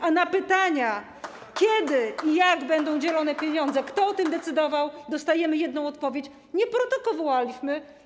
A na pytania, kiedy i jak będą dzielone pieniądze, kto o tym decydował, dostajemy jedną odpowiedź: Nie protokołowaliśmy.